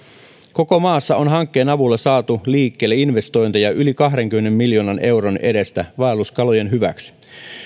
koko maassa on hankkeen avulla saatu liikkeelle investointeja yli kahdenkymmenen miljoonan euron edestä vaelluskalojen hyväksi